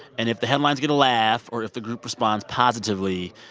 and if the headlines get a laugh, or if the group responds positively,